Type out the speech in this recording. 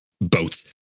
boats